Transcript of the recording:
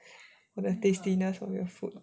like tastiness of your food